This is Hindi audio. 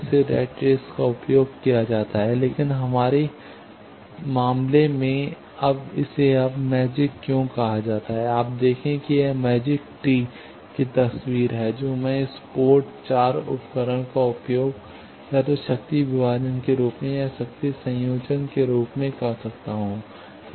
But in our case why it is called now magic you see this is the picture of a magic tee that I can use this port 4 device either as a power divider or as a power combiner लेकिन हमारे मामले में इसे अब मैजिक क्यों कहा जाता है आप देखें कि यह एक मैजिक टी की तस्वीर है जो मैं इस पोर्ट 4 उपकरण का उपयोग या तो शक्ति विभाजन के रूप में या शक्ति संयोजन के रूप में कर सकता हूं